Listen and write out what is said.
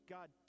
God